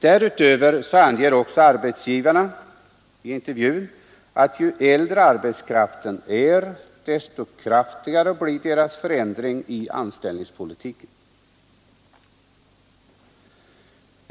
Därutöver anger också arbetsgivarna i intervjun att deras förändring i anställningspolitiken blivit kraftigare ju äldre arbetskraften är.